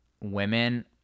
women